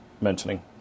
mentioning